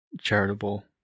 charitable